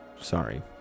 sorry